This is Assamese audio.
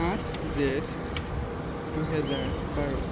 আঠ জেঠ দুহেজাৰ বাৰ